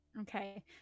Okay